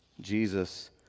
Jesus